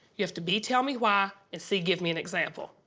you have to, b, tell me why, and, c, give me an example,